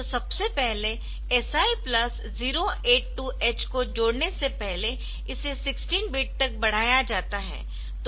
तो सबसे पहले SI प्लस 082H को जोड़ने से पहले इसे 16 बिट तक बढ़ाया जाता है